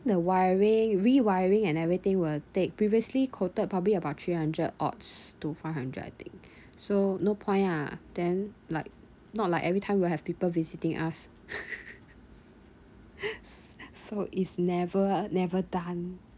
the wiring rewiring and everything will take previously quoted probably about three hundred odds to five hundred I think so no point ah then like not like every time will have people visiting us s~ so is never never done